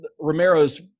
Romero's